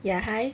ya hi